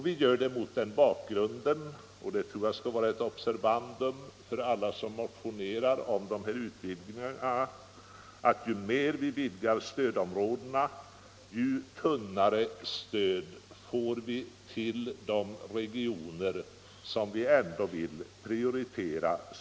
Bakgrunden till detta är — och detta är ett observandum för alla som motionerar om sådana utvidgningar - att ju mer man vidgar stödområdena, desto tunnare blir stödet till de regioner, som vi vill prioritera.